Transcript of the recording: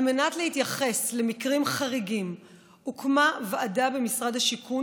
על מנת להתייחס למקרים חריגים הוקמה ועדה במשרד השיכון